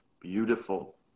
beautiful